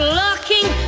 looking